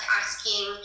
asking